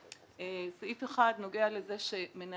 סעיף אחד נוגע לזה שמנהל העבודה,